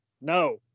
No